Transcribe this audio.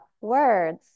words